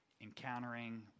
encountering